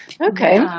Okay